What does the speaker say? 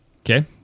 Okay